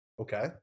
Okay